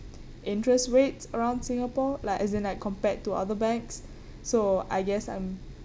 interest rates around singapore like as in like compared to other banks so I guess I'm